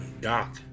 Doc